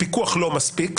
הפיקוח לא מספיק,